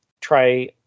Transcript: try